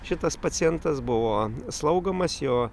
šitas pacientas buvo slaugomas jo